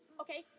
Okay